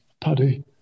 Paddy